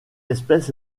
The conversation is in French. espèce